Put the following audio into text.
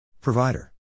Provider